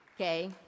Okay